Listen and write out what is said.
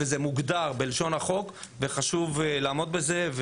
זה מוגדר בלשון החוק וחשוב לעמוד בזה.